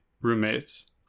roommates